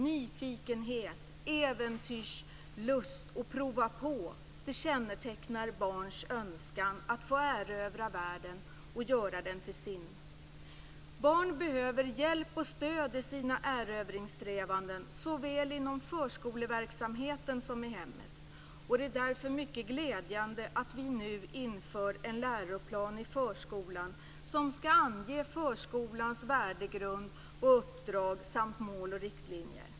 Nyfikenhet, äventyrslust och prova-på-anda kännetecknar barns önskan att få erövra världen och göra den till sin. Barn behöver hjälp och stöd i sina erövringssträvanden såväl inom förskoleverksamheten som i hemmet. Det är därför mycket glädjande att vi nu inför en läroplan i förskolan som skall ange förskolans värdegrund och uppdrag samt mål och riktlinjer.